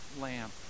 lamp